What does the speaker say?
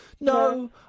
No